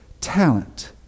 talent